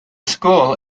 school